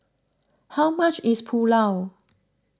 how much is Pulao